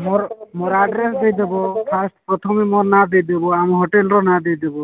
ମୋର ମୋର ଆଡ଼୍ରେସ ଦେଇଦବ ଫାଷ୍ଟ ପ୍ରଥମେ ମୋର ନାଁ ଦେଇଦବ ଆମ ହୋଟେଲ୍ର ନାଁ ଦେଇଦବ